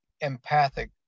empathic